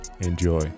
Enjoy